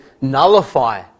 nullify